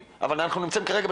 שתהיה להם אפשרות להשתמש